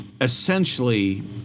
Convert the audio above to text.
essentially